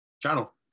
channel